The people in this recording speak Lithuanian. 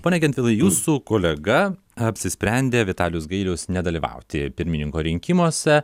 pone gentvilai jūsų kolega apsisprendė vitalijus gailius nedalyvauti pirmininko rinkimuose